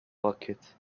bucket